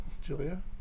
Julia